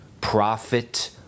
profit